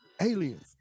Aliens